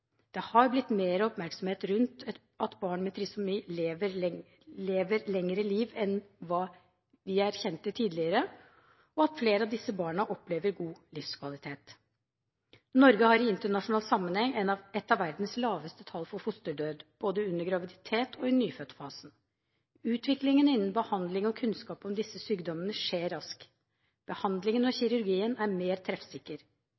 Det har blitt mer oppmerksomhet rundt at barn med trisomi lever lenger enn hva vi erkjente tidligere, og at flere av disse barna opplever god livskvalitet. Norge har i internasjonal sammenheng et av verdens laveste tall for fosterdød både under graviditet og i nyfødtfasen. Utviklingen innen behandling og kunnskap om disse sykdommene skjer raskt. Behandlingen og kirurgien er mer treffsikker.